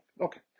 Okay